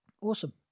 Awesome